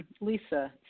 Lisa